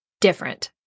different